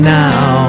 now